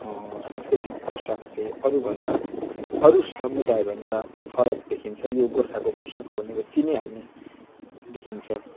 सांस्कृतिक पोसाक चाहिँ अरू भन्दा अरू समुदाय भन्दा फरक देखिन्छ यो गोर्खाको पोसाक हो भन्ने कुरा चिनिहाल्ने देखिन्छ